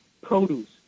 produce